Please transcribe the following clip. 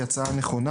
היא הצעה נכונה.